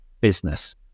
business